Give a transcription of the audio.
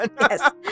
Yes